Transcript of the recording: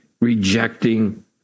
rejecting